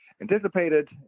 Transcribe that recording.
anticipated